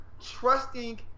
trusting